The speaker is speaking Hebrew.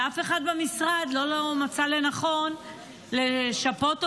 ואף אחד לא במשרד לא מצא לנכון לשפות אותם,